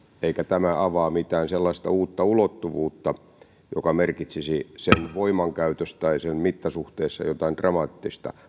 eikä tämä avaa mitään sellaista uutta ulottuvuutta joka merkitsisi voimankäytössä tai sen mittasuhteessa jotain dramaattista